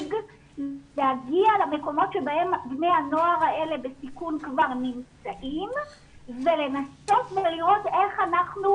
להגיע למקומות שבני הנוער האלה כבר נמצאים ולנסות ולראות איך אנחנו